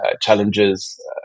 challenges